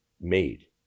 made